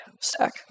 stack